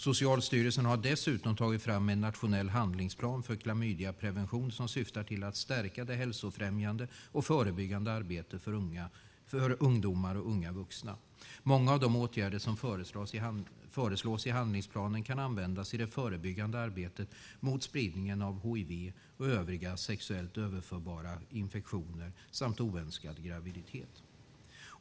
Socialstyrelsen har dessutom tagit fram en nationell handlingsplan för klamydiaprevention som syftar till att stärka det hälsofrämjande och förebyggande arbetet för ungdomar och unga vuxna. Många av de åtgärder som föreslås i handlingsplanen kan användas i det förebyggande arbetet mot spridningen av hiv och övriga sexuellt överförbara infektioner samt oönskade graviditeter.